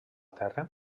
terra